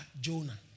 Jonah